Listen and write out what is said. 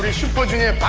super junior!